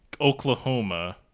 Oklahoma